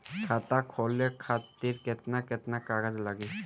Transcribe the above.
खाता खोले खातिर केतना केतना कागज लागी?